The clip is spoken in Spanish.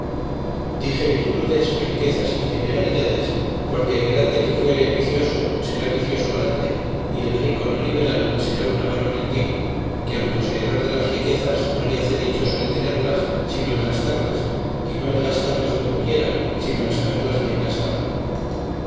dije virtudes riquezas y liberalidades porque el grande que fuere vicioso será vicioso grande y el rico no liberal será un avaro mendigo que al poseedor de las riquezas no le hace dichoso el tenerlas sino el gastarlas y no el gastarlas comoquiera sino el saberlas bien gastar